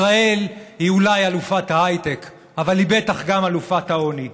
ישראל היא אולי אלופת ההייטק אבל היא בטח גם אלופת העוני.